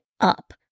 up